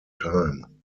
time